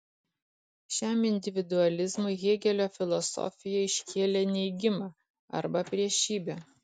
šiam individualizmui hėgelio filosofija iškėlė neigimą arba priešybę